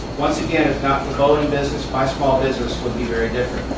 once again, if not for boeing business, my small business would be very different.